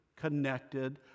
connected